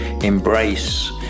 embrace